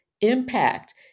impact